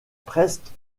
presque